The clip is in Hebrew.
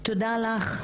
תודה לך.